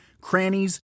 crannies